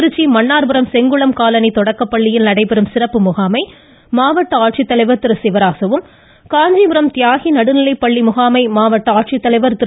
Trichy Mannarpuram Sengulam colony தொடக்கப்பள்ளியில் நடைபெறும் சிறப்பு முகாமை மாவட்ட ஆட்சித்தலைவர் திரு சிவராசு காஞ்சிபுரம் தியாகி நடுநிலைப்பள்ளி முகாமை மாவட்ட ஆட்சித்தலைவர் திரு